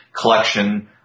collection